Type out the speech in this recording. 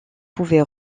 pouvait